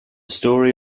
story